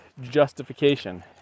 justification